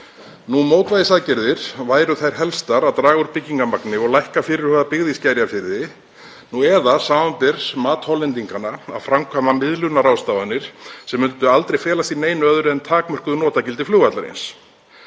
Mótvægisaðgerðir væru þær helstar að draga úr byggingarmagni og lækka fyrirhugaða byggð í Skerjafirði nú eða, samanber mat Hollendinganna, að framkvæma miðlunarráðstafanir sem myndu aldrei felast í neinu öðru en takmörkuðu notagildi flugvallarins.